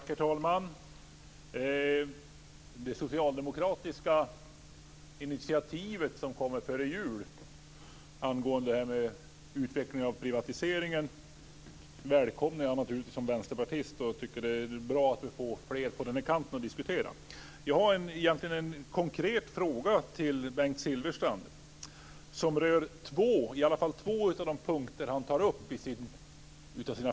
Herr talman! Det socialdemokratiska initiativet som kom här före jul angående utvecklingen av privatiseringen välkomnar jag naturligtvis som vänsterpartist. Jag tycker att det är bra att vi får fler på den här kanten att diskutera med. Jag har en konkret fråga till Bengt Silfverstrand som rör åtminstone två av de fem punkter som han tar upp.